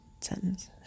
sentence